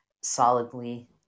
solidly